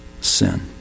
sin